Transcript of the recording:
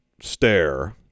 stare